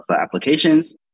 applications